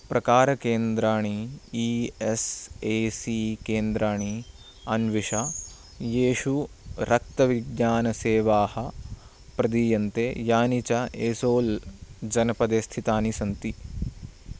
प्रकारकेन्द्राणि E S A C केन्द्राणि अन्विष येषु रक्तविज्ञानसेवाः प्रदीयन्ते यानि च एसोल् जनपदे स्थितानि सन्ति